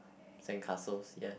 sandcastle yes